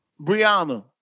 Brianna